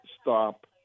stop